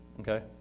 okay